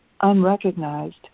unrecognized